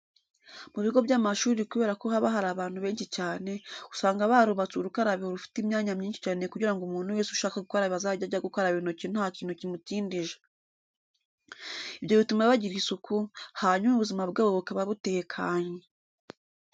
Mu bigo by'amashuri kubera ko haba hari abantu benshi cyane, usanga barubatse urukarabiro rufite imyanya myinshi cyane kugira ngo umuntu wese ushaka gukaraba azajye ajya gukara intoki nta kintu kimutindije. Ibyo bituma bagira isuku, hanyuma ubuzima bwabo bukaba butekanye.